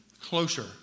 closer